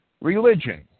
religion